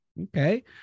okay